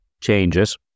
changes